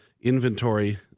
inventory